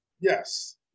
Yes